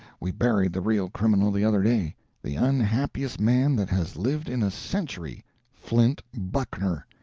we buried the real criminal the other day the unhappiest man that has lived in a century flint buckner.